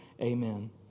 Amen